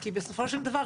כי בסופו של דבר,